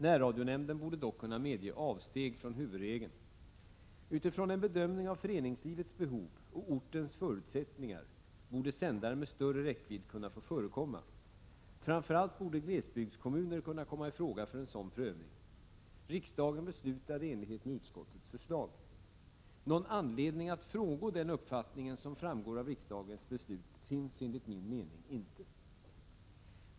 Närradionämnden borde dock kunna medge avsteg från huvudregeln. Utifrån en bedömning av föreningslivets behov och ortens förutsättningar borde sändare med större räckvidd kunna få förekomma. Framför allt borde glesbygdskommuner kunna komma i fråga för en sådan prövning. Riksdagen beslutade i enlighet med utskottets förslag . Någon anledning att frångå den uppfattning som framgår av riksdagens beslut finns enligt min mening inte.